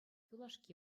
юлашки